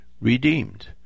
redeemed